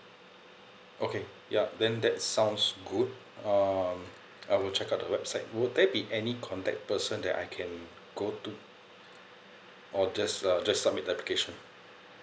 okay yup then that sounds good um I will check out the website would there be any contact person that I can go to or just uh just submit the application